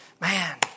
Man